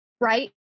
right